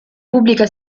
pubblica